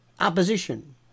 opposition